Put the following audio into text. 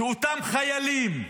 שאותם חיילים,